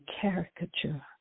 caricature